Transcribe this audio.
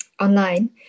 online